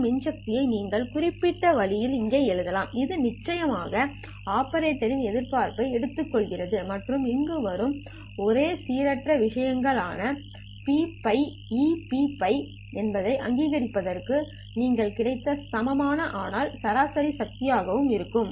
இந்த மின்சக்தி ஐ நீங்கள் குறிப்பிட்ட வழியில் இங்கே எழுதலாம் இது நிச்சயமாக ஆபரேட்டர்ன் எதிர்பார்ப்பை எடுத்துக்கொள்வதற்கும் மற்றும் இங்கு வரும் ஒரே சீரற்ற விஷயங்கள் ஆன Pτ E Pτ என்பதை அங்கீகரிப்பதற்கும் நமக்கு கிடைத்த சமமாக ஆன சராசரி சக்தி ஆகவும் இருக்கும்